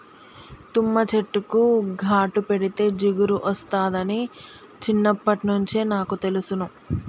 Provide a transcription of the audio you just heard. తుమ్మ చెట్టుకు ఘాటు పెడితే జిగురు ఒస్తాదని చిన్నప్పట్నుంచే నాకు తెలుసును